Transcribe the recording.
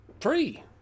free